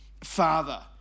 father